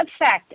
effect